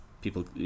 people